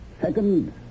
Second